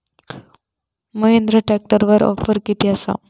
महिंद्रा ट्रॅकटरवर ऑफर किती आसा?